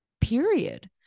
period